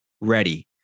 ready